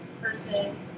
person